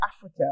Africa